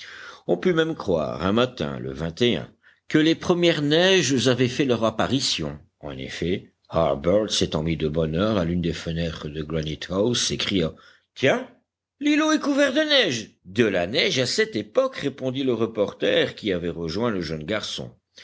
on put même croire un matin le que les premières neiges avaient fait leur apparition en effet harbert s'étant mis de bonne heure à l'une des fenêtres de granite house s'écria tiens l'îlot est couvert de neige de la neige à cette époque répondit le reporter qui avait rejoint le jeune garçon